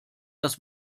das